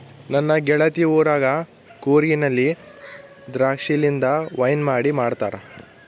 ನನ್ನ ಗೆಳತಿ ಊರಗ ಕೂರ್ಗಿನಲ್ಲಿ ದ್ರಾಕ್ಷಿಲಿಂದ ವೈನ್ ಮಾಡಿ ಮಾಡ್ತಾರ